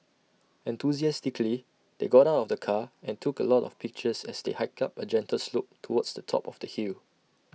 enthusiastically they got out of the car and took A lot of pictures as they hiked up A gentle slope towards the top of the hill